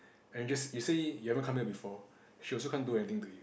and just you say you haven't come here before she also can't do anything to you